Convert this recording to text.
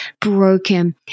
broken